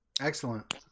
Excellent